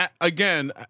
again